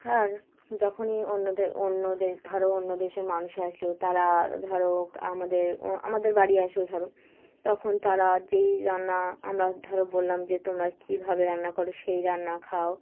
আর যখনই অন্যদের অন্য দে ধরো অন্য দেশের মানুষ আসলো তারা ধরো আমাদের আমাদের বাড়ি আসলো ধরো তখন তারা যেই রান্না আমরা ধরো বললাম যে তোমরা কীভাবে রান্না করো সেই রান্না খাও